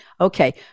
Okay